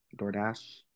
Doordash